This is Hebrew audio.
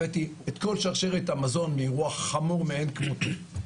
הבאתי את כל שרשרת המזון, אירוע חמור מאין כמותו.